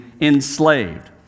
enslaved